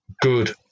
good